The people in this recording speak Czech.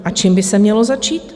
A čím by se mělo začít?